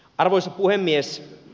arvoisa puhemies